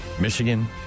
Michigan